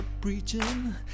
preaching